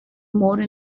more